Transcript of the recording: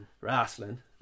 wrestling